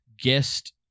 guest